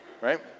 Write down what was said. right